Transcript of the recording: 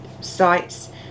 sites